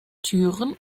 türen